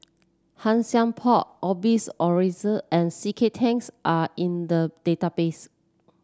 Han Sai Por Osbert Rozario and C K Tangs are in the database